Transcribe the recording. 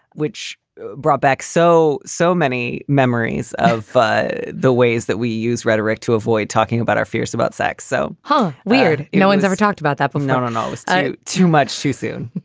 which brought back so, so many memories of the ways that we use rhetoric to avoid talking about our fears about sex. so huh, weird. no one's ever talked about that. but no, no, no. it's too much too soon.